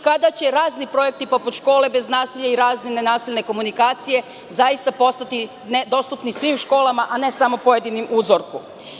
Kada će razni projekti, poput „Škole bez nasilja i razmene nasilne komunikacije“, zaista postati dostupni svim školama, a ne samo pojedinom uzorku?